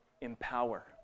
Empower